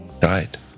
died